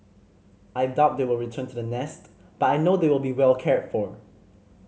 I doubt they will return to the nest but I know they will be well cared for